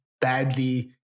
badly